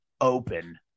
Open